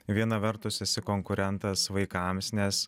viena vertus esi konkurentas vaikams nes